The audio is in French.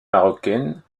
marocaine